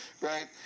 right